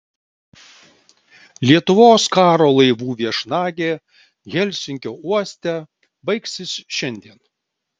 lietuvos karo laivų viešnagė helsinkio uoste baigsis šiandien